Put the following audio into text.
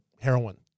heroin